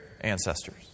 ancestors